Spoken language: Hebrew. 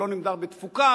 ולא נמדד בתפוקה,